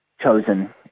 chosen